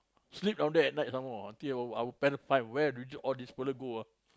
sleep down there at night some more till our parents find where do all these fellows go ah